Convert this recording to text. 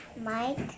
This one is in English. Mike